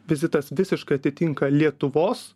vizitas visiškai atitinka lietuvos